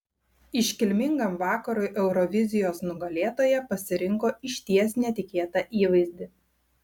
iškilmingam vakarui eurovizijos nugalėtoja pasirinko išties netikėtą įvaizdį